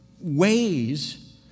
Ways